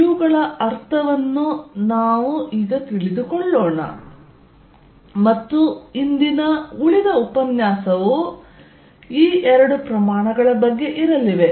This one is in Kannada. ಇವುಗಳ ಅರ್ಥವನ್ನು ನಾವು ತಿಳಿದುಕೊಳ್ಳೋಣ ಮತ್ತು ಇಂದಿನ ಉಳಿದ ಉಪನ್ಯಾಸವು ಇದರ ಬಗ್ಗೆ ಇರಲಿವೆ